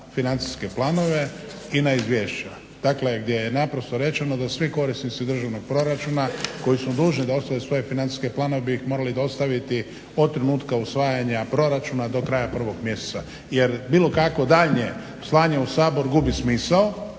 financijske planove i na izvješća. Dakle, gdje je naprosto rečeno da svi korisnici državnog proračuna koji su dužni da dostave svoje financijske planove bi ih morali dostaviti od trenutka usvajanja proračuna do kraja 1. mjeseca. Jer bilo kakvo daljnje slanje u Sabor gubi smisao